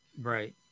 Right